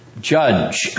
judge